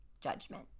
judgment